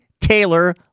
Taylor